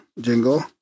jingle